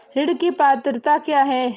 ऋण की पात्रता क्या है?